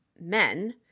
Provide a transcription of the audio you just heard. men